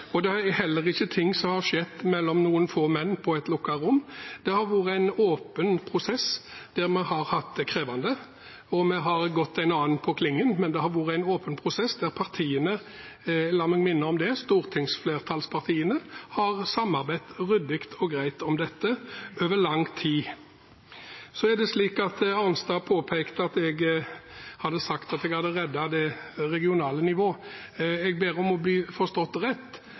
og det er heller ikke ting som har skjedd mellom noen få menn på et lukket rom. Det har vært en åpen prosess, der vi har hatt det krevende, og vi har gått hverandre på klingen, men det har vært en åpen prosess der stortingsflertallspartiene – la meg minne om det – har samarbeidet ryddig og greit om dette over lang tid. Representanten Arnstad påpekte at jeg hadde sagt at jeg hadde reddet det regionale nivået. Jeg ber om å bli forstått rett.